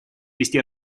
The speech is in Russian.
вести